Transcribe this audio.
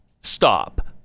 Stop